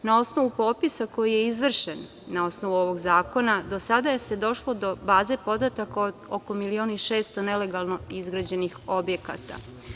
Na osnovu popisa koji je izvršen na osnovu ovog zakona, do sada se došlo do baze podataka od oko milion i 600 nelegalno izgrađenih objekata.